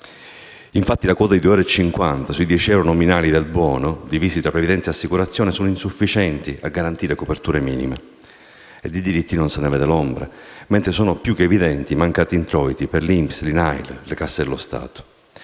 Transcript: Infatti, la quota di 2,5 euro sui 10 euro nominali del buono, divisi tra previdenza e assicurazione, sono insufficienti a garantire le coperture minime e di diritti non se ne vede neanche l'ombra, mentre sono più che evidenti i mancati introiti per l'INPS, l'INAIL e le casse dello Stato.